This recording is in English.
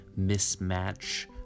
mismatch